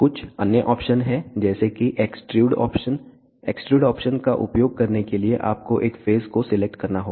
कुछ अन्य ऑप्शन हैं जैसे कि एक्सट्रूड ऑप्शन एक्सट्रूड ऑप्शन का उपयोग करने के लिए आपको एक फेस को सिलेक्ट करना होगा